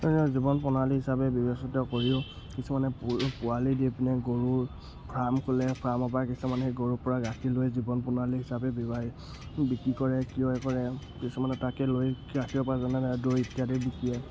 জীৱন প্ৰণালী হিচাপে কৰিও কিছুমানে পু পোৱালি দি পিনে গৰুৰ ফাৰ্ম খোলে ফাৰ্মৰ পৰা কিছুমানে সেই গৰুৰ পৰা গাখীৰ লৈ জীৱন প্ৰণালী হিচাপে বিক্ৰী কৰে কিয় কৰে কিছুমানে তাকে লৈ গাখীৰ উপাৰ্জনৰ দৈ ইত্যাদি বিকিয়ে